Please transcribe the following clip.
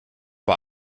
vor